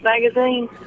magazine